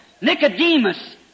Nicodemus